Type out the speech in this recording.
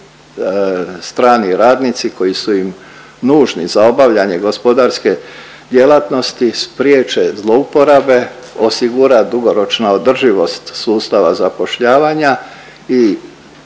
strani radnici koji su im nužni za obavljanje gospodarske djelatnosti, spriječe zlouporabe, osigura dugoročna održivost sustava zapošljavanja i